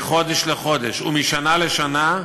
מחודש לחודש ומשנה לשנה,